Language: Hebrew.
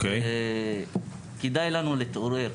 כדאי לנו להתעורר.